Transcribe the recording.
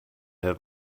have